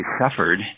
suffered